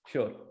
Sure